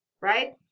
right